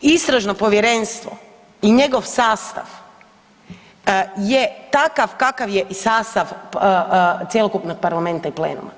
Istražno povjerenstvo i njegov sastav je takav kakav je i sastav cjelokupnog parlamenta i plenuma.